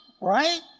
right